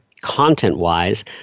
content-wise